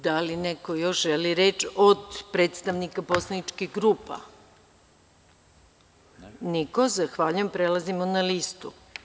Da li neko još želi reč od predstavnika poslaničkih grupa? (Niko.) Prelazimo na listu.